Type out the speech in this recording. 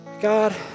God